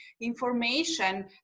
information